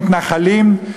מתנחלים,